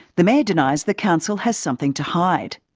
the mayor denies the council has something to hide.